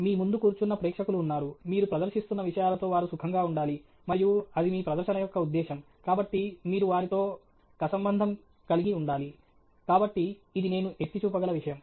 మీ ముందు కూర్చున్న ప్రేక్షకులు ఉన్నారు మీరు ప్రదర్శిస్తున్న విషయాలతో వారు సుఖంగా ఉండాలి మరియు అది మీ ప్రదర్శన యొక్క ఉద్దేశ్యం కాబట్టి మీరు వారితో కసంబంధం కలిగి ఉండాలి కాబట్టి ఇది నేను ఎత్తి చూపగల విషయం